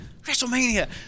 WrestleMania